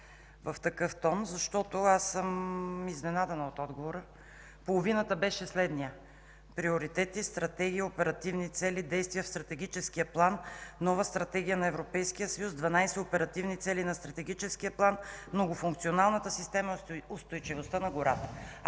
в такъв тон, защото съм изненадана от отговора. Половината беше следният: приоритети, стратегии, оперативни цели, действия в Стратегическия план, нова Стратегия на Европейския съюз, 12 оперативни цели на стратегическия план, многофункционалната система, устойчивостта на гората.